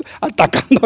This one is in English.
atacando